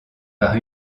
par